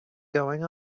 going